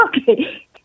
okay